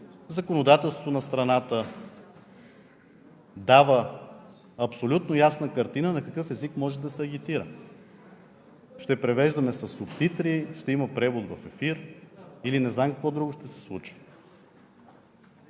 законодателството на страната дава абсолютно ясна картина на какъв език може да се агитира – ще превеждаме със субтитри, ще има превод в ефир или не знам какво друго ще се случва.